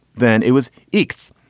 then it was eakes.